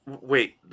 Wait